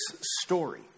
story